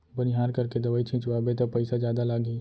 बनिहार करके दवई छिंचवाबे त पइसा जादा लागही